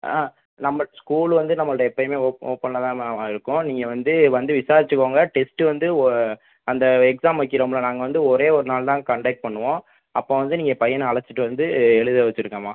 ஆ நம்ப ஸ்கூல் வந்து நம்பள்கிட்ட எப்போயுமே ஓப் ஓப்பனில் தான்ம்மா இருக்கும் நீங்கள் வந்து வந்து விசாரிச்சிக்கோங்க டெஸ்ட்டு வந்து ஓ அந்த எக்ஸாம் வைக்கிறோம்ல நாங்கள் வந்து ஒரே ஒரு நாள் தான் கன்டாக்ட் பண்ணுவோம் அப்போ வந்து நீங்கள் பையனை அழைச்சிட்டு வந்து எழுத வச்சுருங்கம்மா